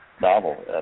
novel